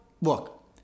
look